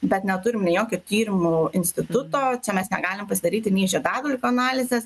bet neturim nei jokio tyrimų instituto čia mes negalim pasidaryti nei žiedadulkių analizės